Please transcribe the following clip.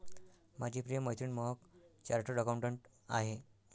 माझी प्रिय मैत्रीण महक चार्टर्ड अकाउंटंट आहे